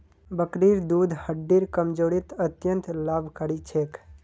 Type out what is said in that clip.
बकरीर दूध हड्डिर कमजोरीत अत्यंत लाभकारी छेक